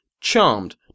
charmed